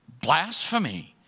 blasphemy